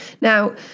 Now